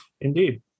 indeed